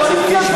נגד אברהם נגוסה,